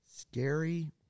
Scary